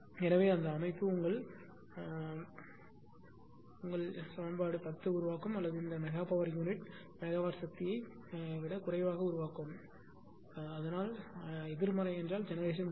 எனவே அந்த அமைப்பு உங்கள் 10 உருவாக்கும் அல்லது இந்த மெகா பவர் யூனிட் மெகாவாட் சக்தியை குறைவாக உருவாக்கும் அதனால் அதாவது எதிர்மறை என்றால் ஜெனெரேஷன் குறையும்